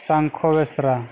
ᱥᱟᱝᱠᱷᱳ ᱵᱮᱥᱨᱟ